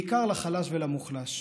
בעיקר לחלש ולמוחלש,